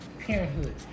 parenthood